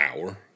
hour